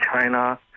China